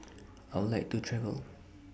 I Would like to travel